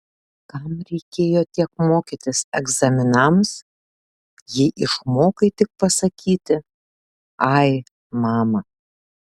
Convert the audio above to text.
kam reikėjo tiek mokytis egzaminams jei išmokai tik pasakyti ai mama